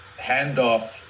handoff